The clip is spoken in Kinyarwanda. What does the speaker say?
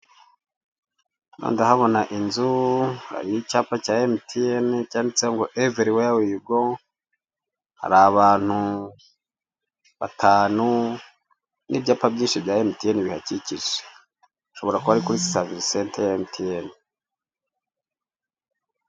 Hano ndahona inzu hari n'icyapa cya emutiyene cyanditseho ngo everi weya yugo, hari abantu batanu n'ibyapa byinshi bya emutiyene bihakikije, hashobora kuba ari kuri savise senta ya emutiyene.